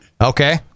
okay